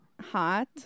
hot